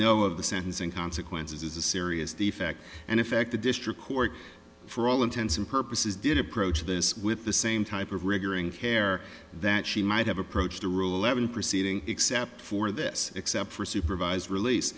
know of the sentencing consequences is a serious defect and in fact the district court for all intents and purposes did approach this with the same type of rigor in care that she might have approached the rule eleven proceeding except for this except for supervised release